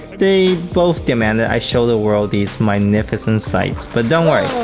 they both demanded i show the world these magnificent sites, but don't worry,